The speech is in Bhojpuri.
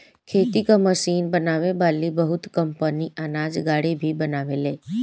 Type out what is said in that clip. खेती कअ मशीन बनावे वाली बहुत कंपनी अनाज गाड़ी भी बनावेले